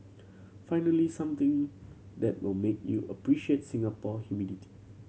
finally something that will make you appreciate Singapore humidity